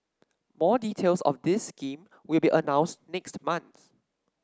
more details of this scheme will be announced next month